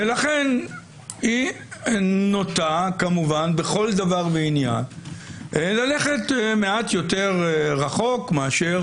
לכן היא נוטה כמובן בכל דבר ועניין ללכת מעט יותר רחוק מאשר